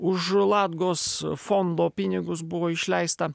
už latgos fondo pinigus buvo išleista